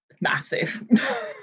massive